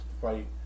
Fight